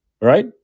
Right